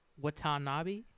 Watanabe